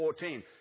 14